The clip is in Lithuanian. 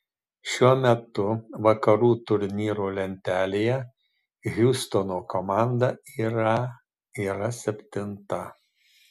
šiuo metu vakarų turnyro lentelėje hjustono komanda yra yra septinta